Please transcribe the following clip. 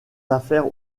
affaires